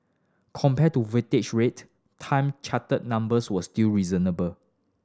compared to voyage rate time charter numbers were still reasonable